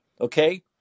Okay